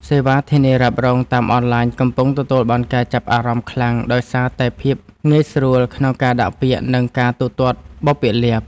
សេវាធានារ៉ាប់រងតាមអនឡាញកំពុងទទួលបានការចាប់អារម្មណ៍ខ្លាំងដោយសារតែភាពងាយស្រួលក្នុងការដាក់ពាក្យនិងការទូទាត់បុព្វលាភ។